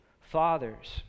fathers